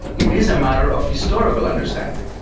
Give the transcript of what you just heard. it is a matter of historical understanding,